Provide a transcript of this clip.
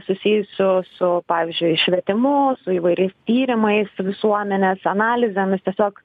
susijusių su pavyzdžiui švietimu su įvairiais tyrimais visuomenės analizėmis tiesiog